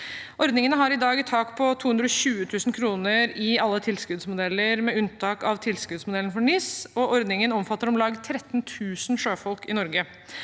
Ordningen har i dag et tak på 220 000 kr i alle tilskuddsmodeller, med unntak av tilskuddsmodellen for NIS. Ordningen omfatter om lag 13 000 sjøfolk i Norge.